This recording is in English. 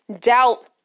doubt